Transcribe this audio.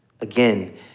Again